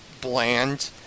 bland